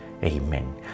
Amen